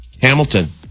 hamilton